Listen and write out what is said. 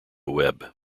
webb